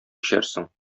эчәрсең